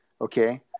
okay